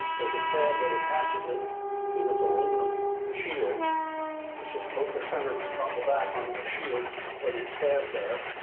there's a tab that attaches it to this aluminum shield. it's just about the center from front to back on that shield where these tabs are.